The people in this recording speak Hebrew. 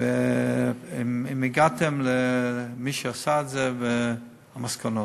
אם הגעתם למי שעשה את זה ומה המסקנות.